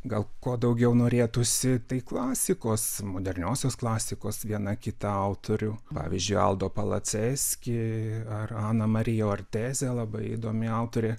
gal ko daugiau norėtųsi tai klasikos moderniosios klasikos viena kita autorių pavyzdžiui aldo palaceski ar ana marija orteze labai įdomi autorė